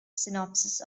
synopsis